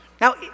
Now